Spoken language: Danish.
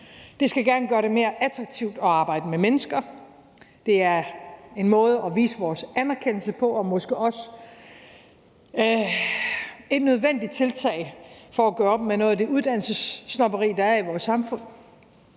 Det skal gerne gøre det mere attraktivt at arbejde med mennesker. Det er en måde at vise vores anerkendelse på og måske også et nødvendigt tiltag for at gøre op med noget af det uddannelsessnobberi, der er i vores samfund.